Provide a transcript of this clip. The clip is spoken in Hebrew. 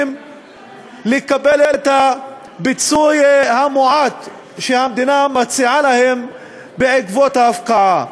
לקבל את הפיצוי המועט שהמדינה מציעה להם בעקבות ההפקעה.